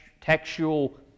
textual